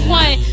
one